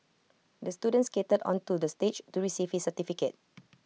the student skated onto the stage to receive his certificate